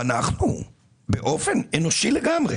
אנחנו באופן אנושי לגמרי